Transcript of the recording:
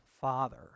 Father